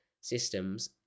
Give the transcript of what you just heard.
systems